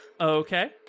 Okay